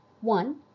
One